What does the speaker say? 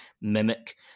mimic